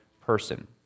person